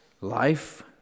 life